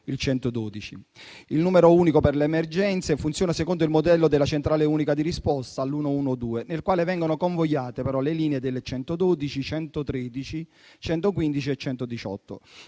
112. Il numero unico per le emergenze funziona secondo il modello della centrale unica di risposta al 112, nel quale vengono convogliate le linee del 112, 113, 115 e 118.